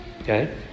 Okay